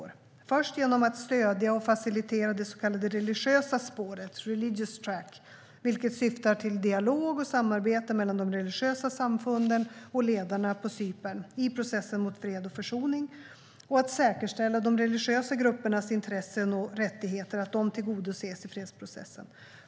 För det första gör vi det genom att stödja och facilitera det så kallade religiösa spåret, Religious Track, vilket syftar till dialog och samarbete mellan de religiösa samfunden och ledarna på Cypern i processen mot fred och försoning, samt till att säkerställa att de religiösa gruppernas intressen och rättigheter tillgodoses i fredsprocessen.